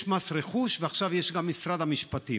יש מס רכוש, ועכשיו יש גם משרד המשפטים.